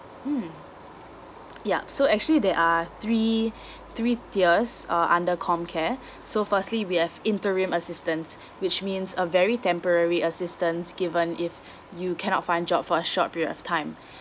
mmhmm yup so actually there are three three tiers uh under comcare so firstly we have interim assistance which means a very temporary assistance given if you cannot find job for a short period of time